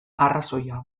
arrazoia